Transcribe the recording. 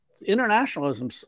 Internationalism